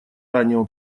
раннего